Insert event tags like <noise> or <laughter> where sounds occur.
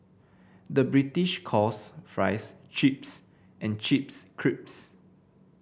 the British calls fries chips and chips <unintelligible>